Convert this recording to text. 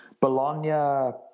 Bologna